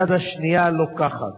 היד השנייה לוקחת.